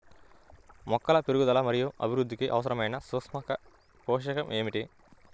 మొక్కల పెరుగుదల మరియు అభివృద్ధికి అవసరమైన సూక్ష్మ పోషకం ఏమిటి?